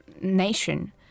nation